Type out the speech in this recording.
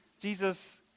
Jesus